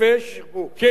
כן ירבו,